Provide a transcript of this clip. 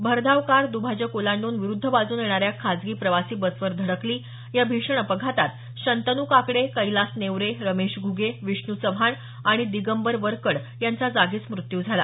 भरधाव कार दभाजक ओलांड्रन विरुद्ध बाजूने येणाऱ्या खासगी प्रवासी बसवर धडकली या भीषण अपघातात शंतन् काकडे कैलास नेवरे रमेश घ्रगे विष्णू चव्हाण आणि दिगंबर वरकड यांचा जागीच मृत्यू झाला